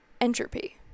entropy